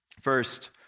First